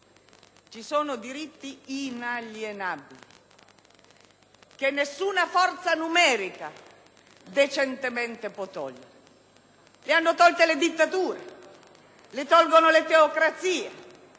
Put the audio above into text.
Ci sono diritti inalienabili che nessuna forza numerica può decentemente togliere; li hanno tolti le dittature, li tolgono le teocrazie,